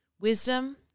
wisdom